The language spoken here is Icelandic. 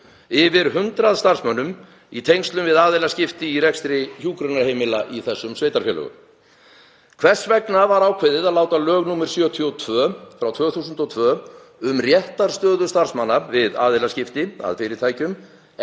yfir 100 starfsmönnum í tengslum við aðilaskipti í rekstri hjúkrunarheimila í þessum sveitarfélögum? Hvers vegna var ákveðið að láta lög nr. 72/2002, um réttarstöðu starfsmanna við aðilaskipti að fyrirtækjum,